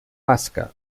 basca